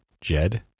jed